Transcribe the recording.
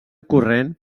corrent